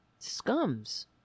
Scums